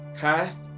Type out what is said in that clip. cast